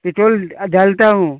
petrol डालता हूँ